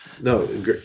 No